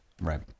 Right